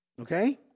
Okay